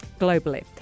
globally